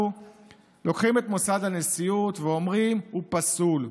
לוקחים את מוסד הנשיאות ואומרים: הוא פסול.